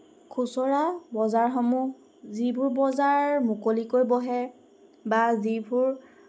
খুচুৰা বজাৰসমূহ যিবোৰ বজাৰ মুকলিকৈ বহে বা যিবোৰ